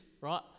right